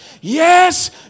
Yes